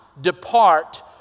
depart